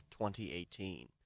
2018